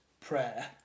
prayer